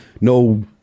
no